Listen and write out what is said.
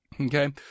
Okay